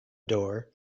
door